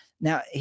Now